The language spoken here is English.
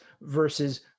versus